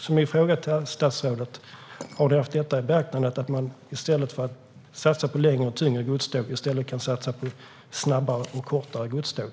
Min fråga till statsrådet är: Har man haft i beaktande att man i stället för att satsa på längre och tyngre godståg kan satsa på snabbare och kortare godståg?